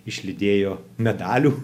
išlydėjo medalių